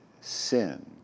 sin